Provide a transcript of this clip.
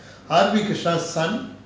I'd be casa san